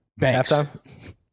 halftime